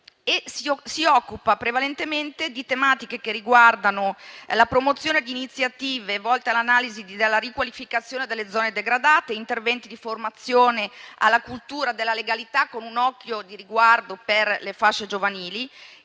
di partecipanti. Si occupa della promozione di iniziative volte all'analisi e alla riqualificazione delle zone degradate, di interventi di formazione alla cultura della legalità (con un occhio di riguardo per le fasce giovanili),